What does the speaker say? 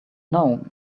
know